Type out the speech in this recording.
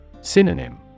Synonym